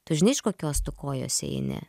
tu žinai iš kokios tu kojos eini